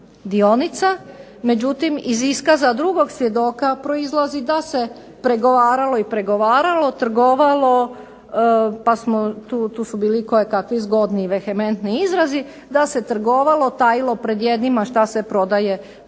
dionica, međutim iz iskaza drugog svjedoka proizlazi da se pregovaralo i pregovaralo, trgovalo, pa smo tu, tu su bili kojekakvi zgodni vehementni izrazi, da se trgovalo, tajilo pred jednima šta se prodaje drugima,